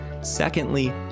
Secondly